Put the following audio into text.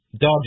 Dog